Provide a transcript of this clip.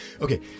Okay